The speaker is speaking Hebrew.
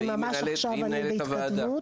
והיא מנהלת הוועדה.